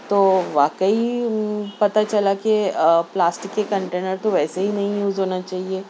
تو واقعی پتہ چلا کہ پلاسٹک کے کنٹینر تو ویسے ہی نہیں یوز ہونا چاہیے